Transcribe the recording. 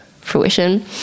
fruition